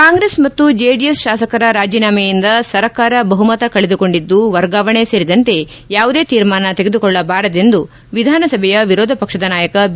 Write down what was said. ಕಾಂಗ್ರೆಸ್ ಮತ್ತು ಜೆಡಿಎಸ್ ಶಾಸಕರ ರಾಜೀನಾಮೆಯಿಂದ ಸರ್ಕಾರ ಬಹುಮತ ಕಳೆದುಕೊಂಡಿದ್ದು ವರ್ಗಾವಣೆ ಸೇರಿದಂತೆ ಯಾವುದೆ ತೀರ್ಮಾನ ತೆಗೆದುಕೊಳ್ಳಬಾರದೆಂದು ವಿಧಾನಸಭೆಯ ವಿರೋಧ ಪಕ್ಷದ ನಾಯಕ ಬಿ